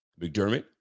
McDermott